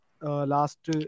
last